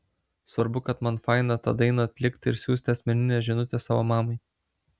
svarbu kad man faina tą dainą atlikti ir siųsti asmeninę žinutę savo mamai